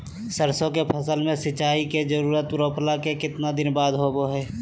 सरसों के फसल में सिंचाई के जरूरत रोपला के कितना दिन बाद होबो हय?